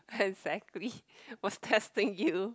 exactly was testing you